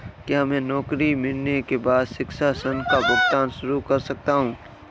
क्या मैं नौकरी मिलने के बाद शिक्षा ऋण का भुगतान शुरू कर सकता हूँ?